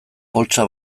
poltsa